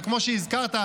וכמו שהזכרת,